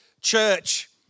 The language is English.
church